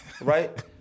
right